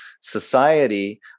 society